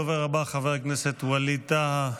הדובר הבא, חבר הכנסת ווליד טאהא.